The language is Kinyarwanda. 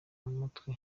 mutwe